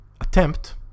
attempt